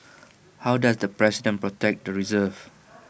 how does the president protect the reserve